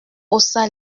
haussa